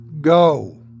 Go